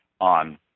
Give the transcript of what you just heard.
on